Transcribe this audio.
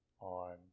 on